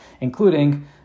including